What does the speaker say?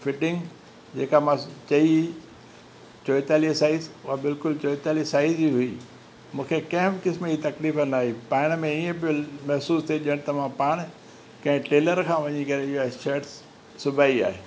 fitting जेका मां चई हुई चोएतालीह साइज़ उहा बिल्कुलु चोएतालीह साइज़ जी हुई मूंखे कंहिं किस्म जी तकलीफ़ ना आई पाइण में ईअं पियो महसूसु थिए ॼण तव्हां पाण कंहिं टेलर खां वञी करे इहा शर्ट सिबाई आहे